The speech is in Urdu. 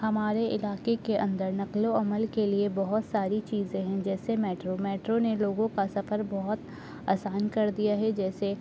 ہمارے علاقے کے اندر نقل و حمل کے لیے بہت ساری چیزیں ہیں جیسے میٹرو میٹرو نے لوگوں کا سفر بہت آسان کر دیا ہے جیسے